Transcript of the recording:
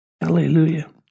Hallelujah